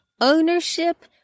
ownership